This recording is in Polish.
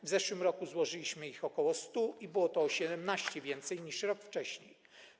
W zeszłym roku złożyliśmy ich ok. 100 i było to o 17 więcej niż rok wcześniej.